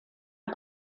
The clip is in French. est